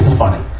funny.